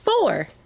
Four